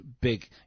big